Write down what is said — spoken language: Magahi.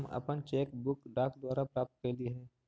हम अपन चेक बुक डाक द्वारा प्राप्त कईली हे